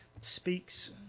speaks